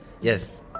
Yes